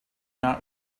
not